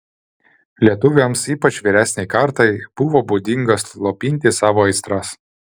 lietuviams ypač vyresnei kartai buvo būdinga slopinti savo aistras